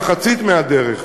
מחצית הדרך.